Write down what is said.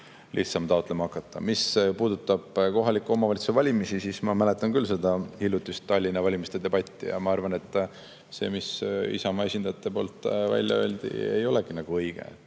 lihtsam taotlema hakata. Mis puudutab kohalike omavalitsuste valimisi, siis ma mäletan küll seda hiljutist Tallinna valimiste debatti ja ma arvan, et see, mis Isamaa esindajate poolt välja öeldi, ei ole nagu õige.